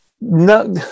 no